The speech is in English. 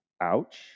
Ouch